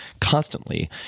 constantly